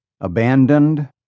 Abandoned